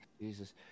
Jesus